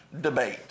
debate